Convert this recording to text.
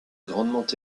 grandement